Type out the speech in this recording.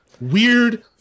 weird